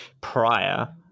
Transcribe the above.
prior